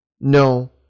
no